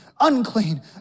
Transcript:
unclean